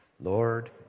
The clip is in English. Lord